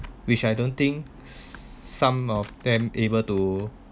which I don't think some of them able to